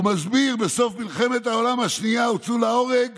והוא מסביר: "בסוף מלחמת העולם השנייה הוצאו להורג